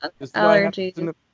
allergies